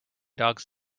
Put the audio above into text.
dogs